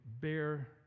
bear